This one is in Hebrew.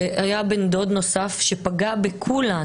בנות דודות, והיה בן דוד נוסף שפגע בכולן.